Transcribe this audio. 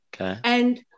Okay